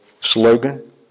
slogan